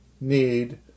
need